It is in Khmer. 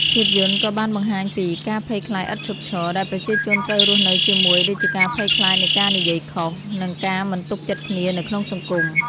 ភាពយន្តក៏បានបង្ហាញពី ការភ័យខ្លាចឥតឈប់ឈរ ដែលប្រជាជនត្រូវរស់នៅជាមួយ ដូចជាការភ័យខ្លាចនៃការនិយាយខុស និងការមិនទុកចិត្តគ្នានៅក្នុងសង្គម។